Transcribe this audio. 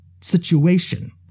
situation